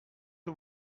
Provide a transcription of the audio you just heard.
que